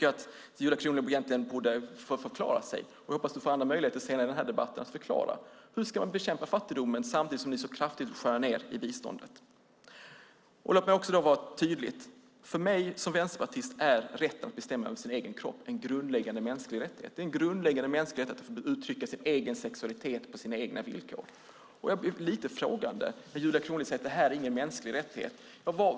Nu har hon ingen ytterligare replik, men jag hoppas att hon får möjlighet att senare i debatten förklara hur Sverigedemokraterna ska bekämpa fattigdomen samtidigt som de skär ned biståndet kraftigt. Låt mig vara tydlig med att rätten att bestämma över sin egen kropp för mig som vänsterpartist är en grundläggande mänsklig rättighet. Det är en grundläggande mänsklig rättighet att få uttrycka sin sexualitet på sina egna villkor. Jag blir lite frågande när Julia Kronlid säger att det inte är en mänsklig rättighet.